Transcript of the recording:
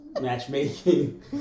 matchmaking